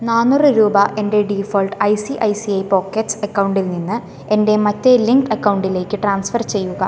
നാനൂറ് രൂപ എൻ്റെ default I C I C I Pockets അക്കൗണ്ടിൽ നിന്ന് എൻ്റെ മറ്റേ ലിങ്ക്ഡ് അക്കൗണ്ടിലേക്ക് ട്രാൻസ്ഫർ ചെയ്യുക